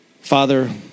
Father